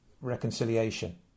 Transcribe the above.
reconciliation